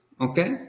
Okay